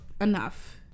enough